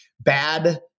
bad